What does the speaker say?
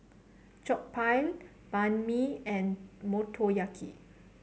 Jokbal Banh Mi and Motoyaki